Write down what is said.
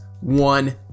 one